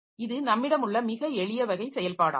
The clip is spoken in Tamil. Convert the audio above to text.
இது நம்மிடம் உள்ள மிக எளிய வகை செயல்பாடாகும்